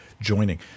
joining